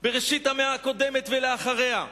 בראשית המאה הקודמת ולאחריה.